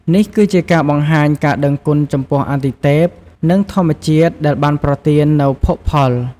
នេះគឺជាការបង្ហាញការដឹងគុណចំពោះអាទិទេព និងធម្មជាតិ ដែលបានប្រទាននូវភោគផល។